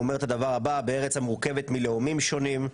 הוא אומר כך: בארץ המורכבת מלאומים שונים,